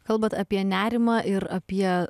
kalbat apie nerimą ir apie